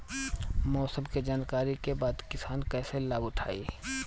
मौसम के जानकरी के बाद किसान कैसे लाभ उठाएं?